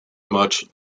much